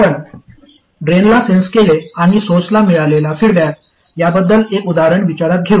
आपण ड्रेनला सेन्स केले आणि सोर्सला मिळालेला फीडबॅक याबद्दलचे एक उदाहरण विचारात घेऊ